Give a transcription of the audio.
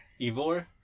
Evor